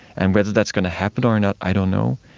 and whether that's going to happen or not, i don't know.